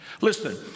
Listen